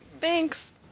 Thanks